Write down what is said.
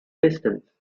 distance